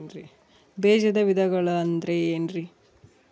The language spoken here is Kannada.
ಬೇಜದ ವಿಧಗಳು ಅಂದ್ರೆ ಏನ್ರಿ?